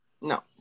No